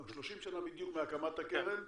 לא, 30 שנה בדיוק מהקמת הקרן.